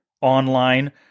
online